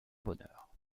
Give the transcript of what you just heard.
bonheur